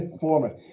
Former